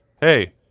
hey –